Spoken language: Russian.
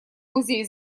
музей